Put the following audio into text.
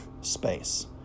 space